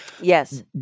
Yes